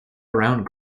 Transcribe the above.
around